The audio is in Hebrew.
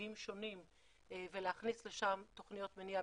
מסוגים שונים ולהכניס לשם תוכניות מניעה